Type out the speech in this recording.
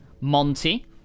Monty